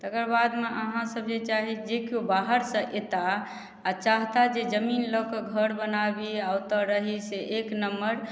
तेकर बादमे अहाँ सभ जे चाहे जे केओ बाहर से एताह आ चाहता जे कि जमीन लऽ कऽ घर बनाबी आ ओतौ रही से एक नम्बर